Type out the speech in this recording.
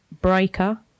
Breaker